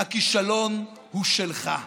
הכישלון הוא שלך.